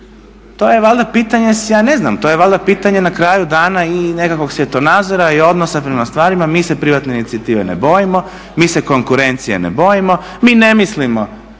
To je valjda pitanje, ja ne znam, to je valjda pitanje na kraju dana i nekakvog svjetonazora i odnosa prema stvarima. Mi se privatne inicijative ne bojimo, mi se konkurencije ne bojimo. Mi ne mislimo